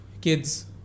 kids